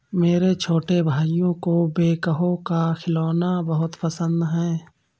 मेरे छोटे भाइयों को बैकहो का खिलौना बहुत पसंद है